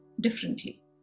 differently